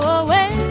away